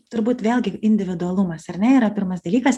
turbūt vėlgi individualumas ar ne yra pirmas dalykas